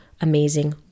amazing